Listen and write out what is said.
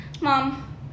Mom